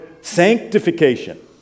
sanctification